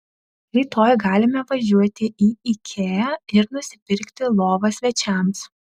rytoj galime važiuoti į ikea ir nusipirkti lovą svečiams